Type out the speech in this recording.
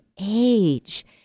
age